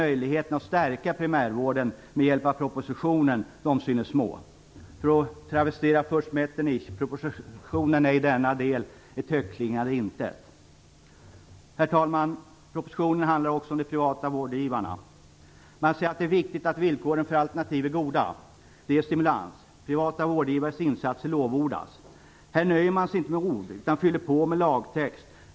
Möjligheterna att stärka primärvården med hjälp av propositionen synes små. För att travestera furst Metternich: Propositionen är i denna del "ett högtklingande intet". Herr talman! Propositionen handlar också om de privata vårdgivarna. Man säger att det är viktigt att villkoren för alternativ är goda. Det ger stimulans. Privata vårdgivares insatser lovordas. Här nöjer man sig inte med ord utan fyller på med lagtext.